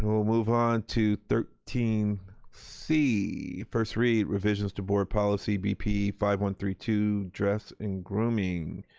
we'll move on to thirteen c first read revisions to board policy b p five one three two dress and grooming.